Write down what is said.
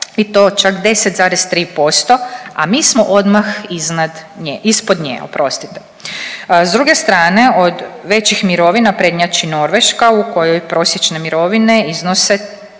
i to čak 10,3%, a mi smo odmah iznad nje, ispod nje, oprostite. S druge strane, od većih mirovina prednjači Norveška u kojoj prosječne mirovine iznose